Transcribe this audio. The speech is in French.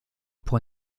pour